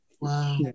Wow